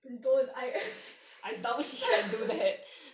then don't I guess